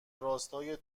راستای